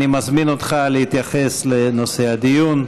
אני מזמין אותך להתייחס לנושא הדיון.